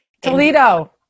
Toledo